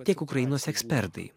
tiek ukrainos ekspertai